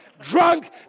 drunk